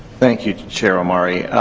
thank you, chair omari.